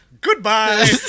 goodbye